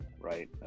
right